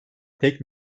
pek